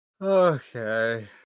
Okay